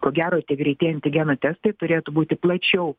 ko gero tie greitieji antigenų testai turėtų būti plačiau